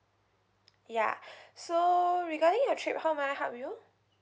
ya so regarding your trip how may I help you